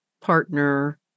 partner